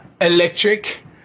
electric